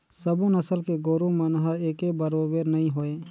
सबो नसल के गोरु मन हर एके बरोबेर नई होय